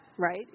Right